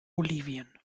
bolivien